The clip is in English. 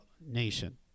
nation